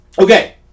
Okay